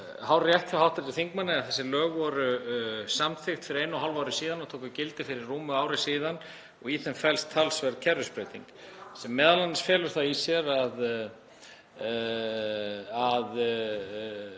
hárrétt hjá hv. þingmanni að þessi lög voru samþykkt fyrir einu og hálfu ári og tóku gildi fyrir rúmu ári síðan og í þeim felst talsverð kerfisbreyting sem m.a. felur það í sér að